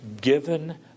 given